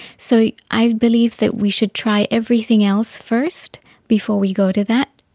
so i believe that we should try everything else first before we go to that.